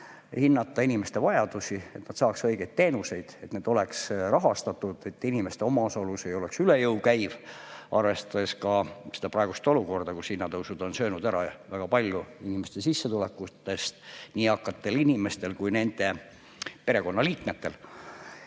hinnata inimeste vajadusi, et nad saaks õigeid teenuseid, et need oleks rahastatud, et inimeste omaosalus ei oleks üle jõu käiv, arvestades ka praegust olukorda, kus hinnatõusud on söönud ära väga palju inimeste sissetulekutest, nii eakatel inimestel kui ka nende perekonnaliikmetel.